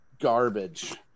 garbage